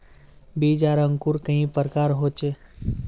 बीज आर अंकूर कई प्रकार होचे?